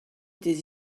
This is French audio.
des